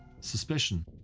Suspicion